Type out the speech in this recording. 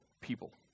people